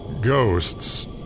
ghosts